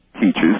teaches